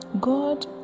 god